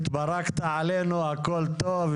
התפרקת עלינו, הכל טוב.